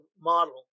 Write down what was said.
model